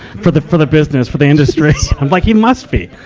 for the, for the business, for the industry. i'm like, you must be.